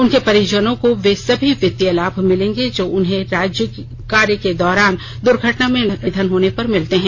उनके परिजनों को वे सभी वित्तीय लाभ मिलेंगे जो उन्हें कार्य के दौरान दुर्घटना में निधन होने पर मिलते हैं